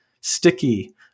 sticky